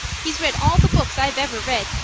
he's read all the books i've ever read,